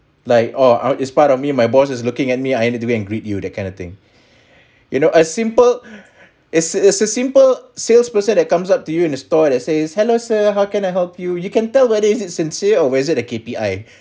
like oh it's part of me my boss is looking at me I need to meet and greet you that kind of thing you know a simple is a simple salesperson that comes up to you and a store at essays hello sir how can I help you you can tell that he's sincere or is it a K_P_I